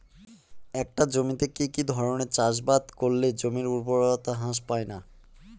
একটা জমিতে কি কি ধরনের চাষাবাদ করলে জমির উর্বরতা হ্রাস পায়না?